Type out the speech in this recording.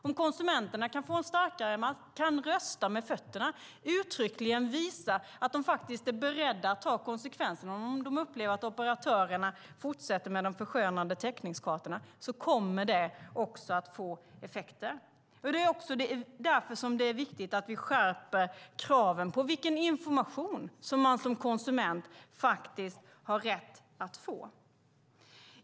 Om konsumenterna kan få en starkare makt och kan rösta med fötterna och uttryckligen visa att de faktiskt är beredda att ta konsekvenserna om de upplever att operatörerna fortsätter med de förskönande täckningskartorna, då kommer det också att få effekter. Det är också därför det är viktigt att vi skärper kraven på vilken information som man som konsument har rätt att få.